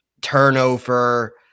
turnover